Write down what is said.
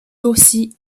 aussi